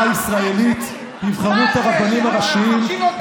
הישראלית יבחרו את הרבנים הראשיים,